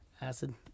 Acid